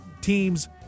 teams